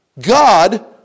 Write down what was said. God